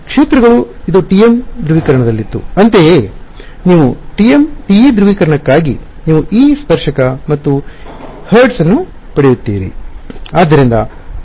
ಕ್ಷೇತ್ರಗಳು ಇದು TM ಧ್ರುವೀಕರಣದಲ್ಲಿತ್ತು ಅಂತೆಯೇ ನೀವು TE ಧ್ರುವೀಕರಣಕ್ಕಾಗಿ ನೀವು E ಸ್ಪರ್ಶಕ ಮತ್ತು Hz ಹರ್ಟ್ ಅನ್ನು ಪಡೆಯುತ್ತೀರಿ